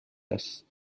است